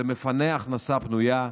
זה מפנה הכנסה פנויה,